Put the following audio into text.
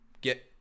get